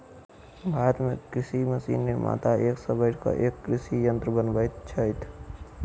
भारत मे कृषि मशीन निर्माता एक सॅ बढ़ि क एक कृषि यंत्र बनबैत छथि